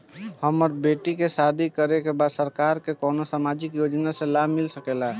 हमर बेटी के शादी करे के बा सरकार के कवन सामाजिक योजना से लाभ मिल सके ला?